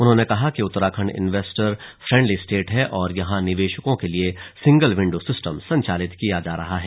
उन्होंने कहा कि उत्तराखण्ड इन्वेस्टर फ्रेण्डली स्टेट है और यहां निवेशकों के लिए सिंगल विण्डो सिस्टम संचालित किया जा रहा है